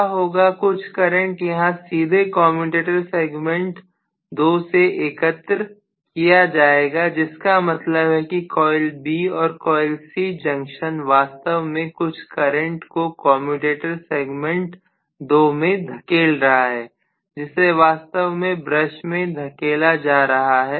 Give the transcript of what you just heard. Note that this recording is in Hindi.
क्या होगा कुछ करंट यहां सीधे कम्यूटेटर सेगमेंट 2 से एकत्र किया जाएगा जिसका मतलब है कि कॉइल बी और कॉइल सी जंक्शन वास्तव में कुछ करंट को कम्यूटेटर सेगमेंट 2 में धकेल रहा है जिसे वास्तव में ब्रश में धकेला जा रहा है